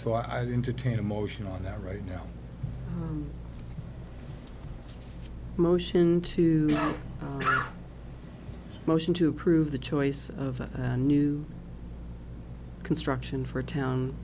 so i entertain a motion on that right now motion to motion to approve the choice of a new construction for a town